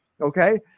okay